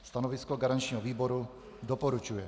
Stanovisko garančního výboru: doporučuje.